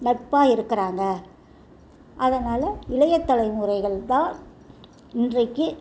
நட்பாக இருக்கிறாங்க அதனால் இளைய தலைமுறைகள்தான் இன்றைக்கு